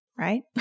right